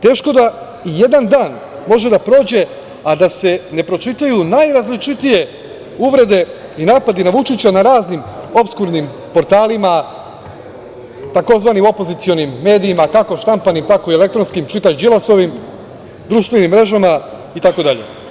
Teško da i jedan dan može da prođe a da se ne pročitaju najrazličitije uvrede i napadi na Vučića na raznim opskurnim portalima tzv. opozicionim medijima, kako štampanim tako i elektronskim, čitaj Đilasovim, društvenim mrežama, itd.